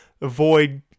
avoid